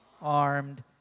armed